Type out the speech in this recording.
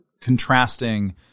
contrasting